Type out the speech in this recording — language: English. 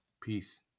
Peace